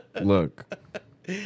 look